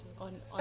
on